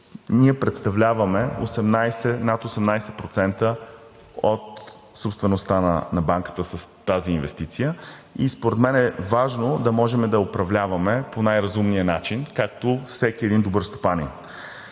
ние представляваме над 18% от собствеността на Банката с тази инвестиция и според мен е важно да можем да я управляваме по най-разумния начин, както всеки едни добър стопанин.